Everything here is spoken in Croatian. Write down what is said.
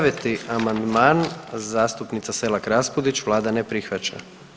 9. amandman, zastupnica Selak Raspudić, Vlada ne prihvaća.